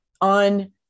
on